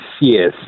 yes